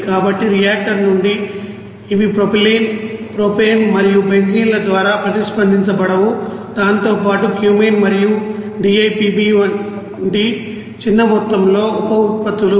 కాబట్టి రియాక్టర్ నుండి ఇవి ప్రొపైలీన్ ప్రొపేన్ మరియు బెంజీన్ల ద్వారా ప్రతిస్పందించబడవు దానితో పాటు క్యూమీన్ మరియు DIPV వంటి చిన్న మొత్తంలో ఉప ఉత్పత్తులు